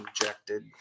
injected